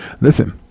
Listen